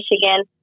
Michigan